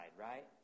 right